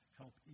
help